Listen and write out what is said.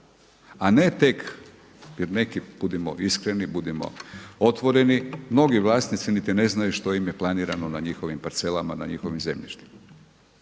a ne tek, jer neki, budimo iskreni, budimo otvoreni, mnogi vlasnici niti ne znaju što im je planirano na njihovim parcelama, na njihovim zemljištima.